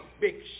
Big